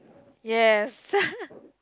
yes